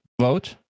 vote